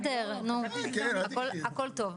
הכול טוב.